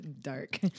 Dark